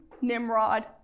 Nimrod